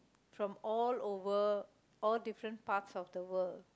from all over all difference parts of the world